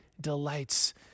delights